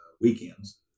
weekends